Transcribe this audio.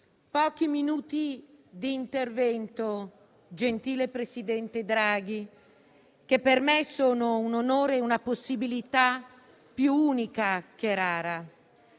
Pochi minuti di intervento, gentile presidente Draghi, che per me sono un onore e una possibilità più unica che rara.